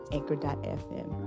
Anchor.fm